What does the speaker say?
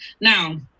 Now